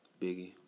Biggie